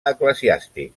eclesiàstic